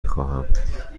خواهم